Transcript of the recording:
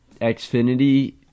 Xfinity